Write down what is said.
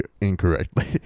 incorrectly